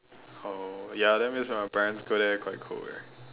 oh ya that means when my parents go there quite cold eh